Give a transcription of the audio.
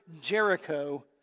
Jericho